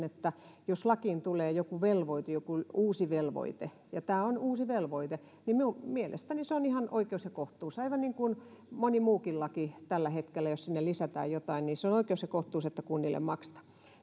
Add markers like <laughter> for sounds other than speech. <unintelligible> että jos lakiin tulee joku uusi velvoite ja tämä on uusi velvoite niin minun mielestäni se on ihan oikeus ja kohtuus aivan niin kuin moni muukin laki tällä hetkellä jos sinne lisätään jotain niin se on oikeus ja kohtuus että kunnille maksetaan